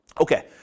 Okay